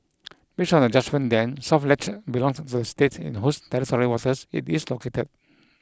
based on the judgement then south ledge belonged to the state in shose territorial waters it is located